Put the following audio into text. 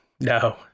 no